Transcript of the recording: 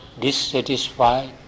dissatisfied